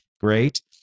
Great